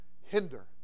hinder